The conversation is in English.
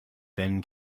then